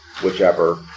whichever